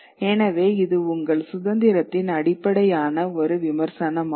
எனவே இது உங்கள் சுதந்திரத்தின் அடிப்படையான ஒரு விமர்சனமாகும்